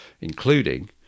including